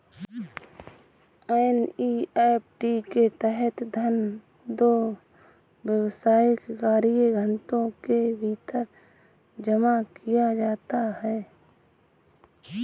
NEFT के तहत धन दो व्यावसायिक कार्य घंटों के भीतर जमा किया जाता है